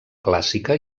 clàssica